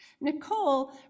Nicole